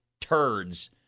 turds